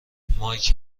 مایک